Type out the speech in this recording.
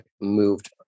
moved